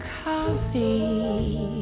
coffee